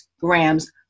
grams